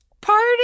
party